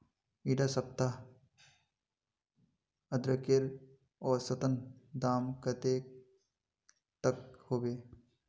इडा सप्ताह अदरकेर औसतन दाम कतेक तक होबे?